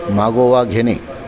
मागोवा घेणे